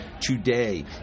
today